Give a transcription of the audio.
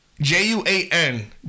J-U-A-N